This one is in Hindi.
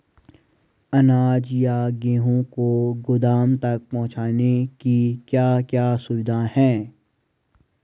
अनाज या गेहूँ को गोदाम तक पहुंचाने की क्या क्या सुविधा है?